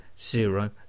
Zero